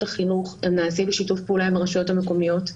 החינוך נעשים בשיתוף פעולה עם הרשויות המקומיות.